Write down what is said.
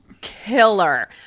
killer